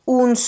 un